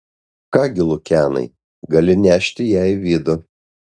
ką gi lukianai gali nešti ją į vidų